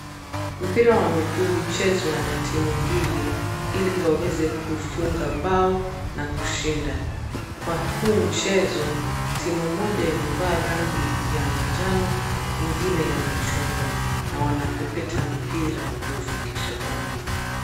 Mpira wa miguu huchezwa na timu mbili ili waweze kufunga bao na kushinda. Kwa huu mchezo timu moja imevaa rangi ya manjano ingine ya machungwa na wanapepeta mpira kufikisha kwa neti.